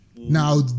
Now